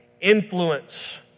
influence